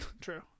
true